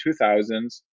2000s